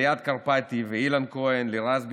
ליאת קרפטי, אילן כהן, לירז בנימין,